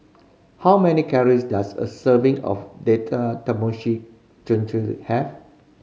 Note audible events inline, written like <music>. how many calories does a serving of Date <unintelligible> have